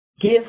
give